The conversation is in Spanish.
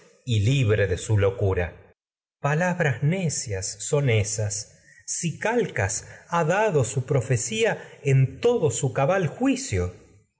son libre de su mensajero ha palabras ésas si calcas dado su profecía en todo su cabal juicio